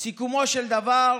סיכומו של דבר,